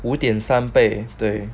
五点三倍对